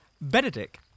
Benedict